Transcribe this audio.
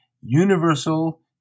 universal